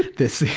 this,